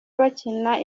bakina